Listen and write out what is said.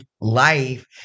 life